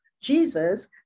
Jesus